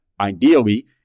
ideally